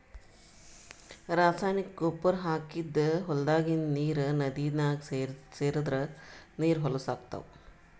ರಾಸಾಯನಿಕ್ ಗೊಬ್ಬರ್ ಹಾಕಿದ್ದ್ ಹೊಲದಾಗಿಂದ್ ನೀರ್ ನದಿನಾಗ್ ಸೇರದ್ರ್ ನೀರ್ ಹೊಲಸ್ ಆಗ್ತಾವ್